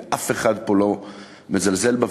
ואף אחד פה לא מזלזל בה,